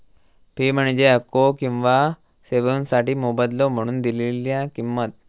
fee म्हणजे हक्को किंवा सेवोंसाठी मोबदलो म्हणून दिलेला किंमत